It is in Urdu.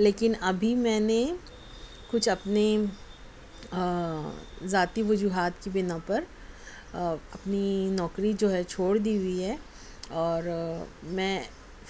لیکن ابھی میں نےکچھ اپنی ذاتی وجوہات کی بنا پر اپنی نوکری جو ہے چھوڑ دی ہوئی ہے اور میں